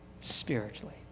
spiritually